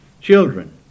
Children